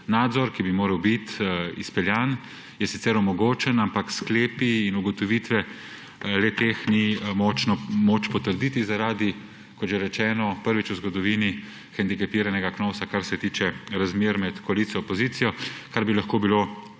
nadzor, ki bi moral biti izpeljan, je sicer omogočen, ampak sklepov in ugotovitev ni moč potrditi zaradi, kot že rečeno, prvič v zgodovini hendikepiranega Knovsa, kar se tiče razmer med koalicijo in opozicijo, kar bi lahko bilo